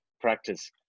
practice